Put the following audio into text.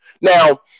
Now